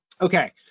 okay